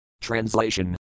Translation